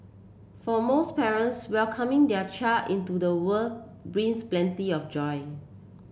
for most parents welcoming their child into the world brings plenty of joy